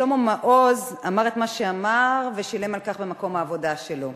שלמה מעוז אמר את מה שאמר ושילם על כך במקום העבודה שלו.